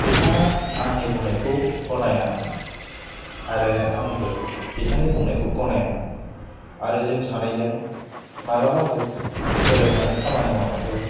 बिथाङा आंनि बुंनायखौ गनायामोन आरो आंबो बिथांनि बुंनायखौ गनायामोन आरो जों सानैजों मालाबाबो गोरोबनानै खामानि मावनायखौ